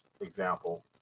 example